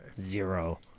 Zero